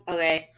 Okay